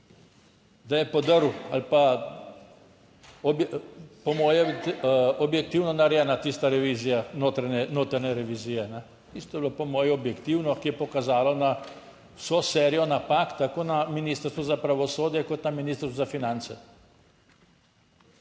Da je podrl ali pa po moje objektivno narejena tista revizija, notranja revizija. Tisto je bilo po moje objektivno, ki je pokazalo na vso serijo napak, tako na Ministrstvu za pravosodje kot na Ministrstvu za finance.